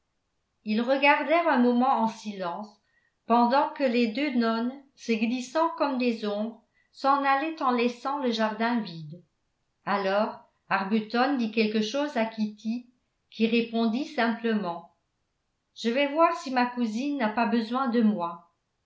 ils regardèrent un moment en silence pendant que les deux nonnes se glissant comme des ombres s'en allaient en laissant le jardin vide alors arbuton dit quelque chose à kitty qui répondit simplement je vais voir si ma cousine n'a pas besoin de moi